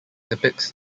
depicts